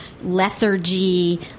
lethargy